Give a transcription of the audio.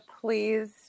please